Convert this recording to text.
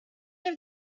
have